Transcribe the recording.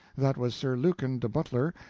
that was sir lucan de butlere,